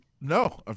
No